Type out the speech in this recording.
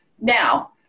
Now